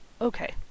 okay